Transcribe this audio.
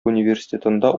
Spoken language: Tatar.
университетында